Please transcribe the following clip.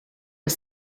was